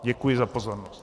Děkuji za pozornost.